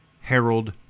Harold